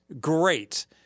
great